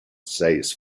states